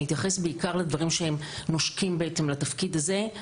אתייחס בעיקר לדברים שהם נושקים לתפקיד הזה.